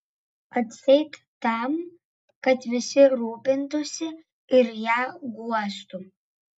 atseit tam kad visi rūpintųsi ir ją guostų